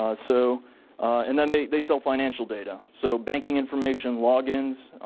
um so and then they they sell financial data. so banking information logins,